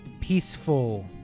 peaceful